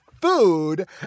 food